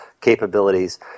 capabilities